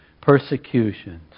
Persecutions